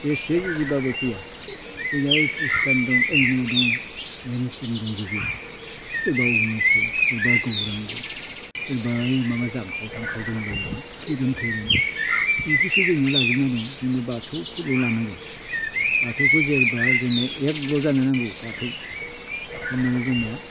जेसे जुजिबाबो फैआ जोंना खृष्टियान दं हिन्दु दं हेन थेन दंजोबो सोरबा अनुखुल सोरबा गौरांग' सोरबा माबा जांख्राव थांख्राव दंलायोनो खोरोम थोरोम इखोसो जोंनिया बजबना दं जोंना बाथौ खौ लानांगौ बाथौखो जेन'बा एग ल' जानो नांगौ बाथौखौ होनबानै जोंनिया